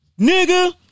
nigga